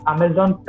Amazon